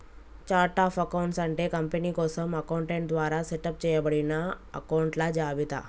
chart of accounts అంటే company కోసం accountant ద్వారా సెటప్ చేయబడిన అకొంట్ల జాబితా